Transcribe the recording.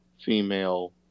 female